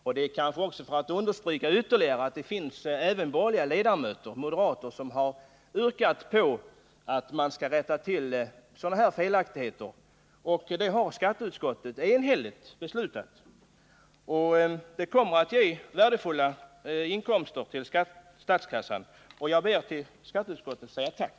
Det har man kanske gjort för att ytterligare understryka att det finns även andra borgerliga ledamöter — moderater — som har yrkat att felaktigheter i det här avseendet skall rättas till. Detta har alltså skatteutskottet enhälligt beslutat tillstyrka, och det kommer att innebära värdefulla inkomster för statskassan. Jag ber att till skatteutskottet få säga tack.